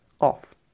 off